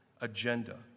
agenda